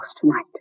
tonight